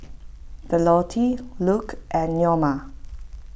Violette Luke and Neoma